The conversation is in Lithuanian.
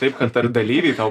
taip kad ar dalyviai tau